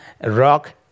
rock